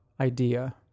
idea